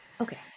okay